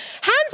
Hands